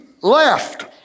left